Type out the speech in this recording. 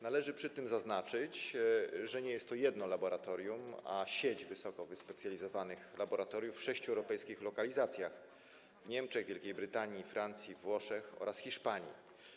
Należy przy tym zaznaczyć, że nie jest to jedno laboratorium, a sieć wysoko wyspecjalizowanych laboratoriów w sześciu europejskich lokalizacjach: w Niemczech, Wielkiej Brytanii, Francji, Włoszech oraz Hiszpanii.